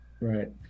right